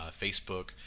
Facebook